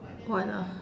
what ah